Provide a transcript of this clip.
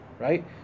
right